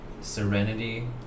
serenity